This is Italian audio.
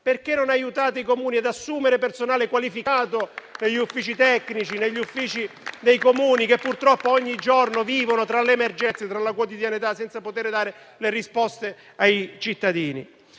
perché non aiutate i Comuni ad assumere personale qualificato per gli uffici tecnici comunali, che purtroppo ogni giorno vivono tra emergenze quotidiane, senza poter dare risposte ai cittadini?